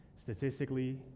Statistically